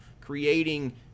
creating